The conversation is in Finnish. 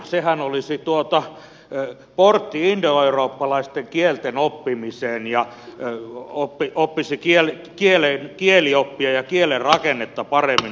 sehän olisi portti indoeurooppalaisten kielten oppimiseen ja oppisi kielioppia ja kielen rakennetta paremmin